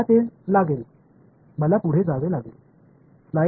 मला ते लागेल मला पुढे जावे लागेल